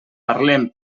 parlem